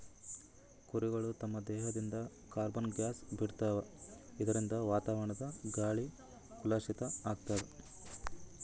ಕುರಿಗಳ್ ತಮ್ಮ್ ದೇಹದಿಂದ್ ಕಾರ್ಬನ್ ಗ್ಯಾಸ್ ಬಿಡ್ತಾವ್ ಇದರಿಂದ ವಾತಾವರಣದ್ ಗಾಳಿ ಕಲುಷಿತ್ ಆಗ್ತದ್